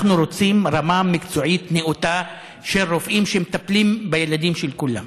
אנחנו רוצים רמה מקצועית נאותה של רופאים שמטפלים בילדים של כולם.